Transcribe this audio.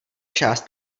část